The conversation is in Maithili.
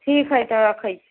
ठीकहै त रखै छी